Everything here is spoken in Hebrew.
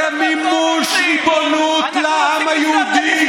אנחנו, במימוש ריבונות לעם היהודי.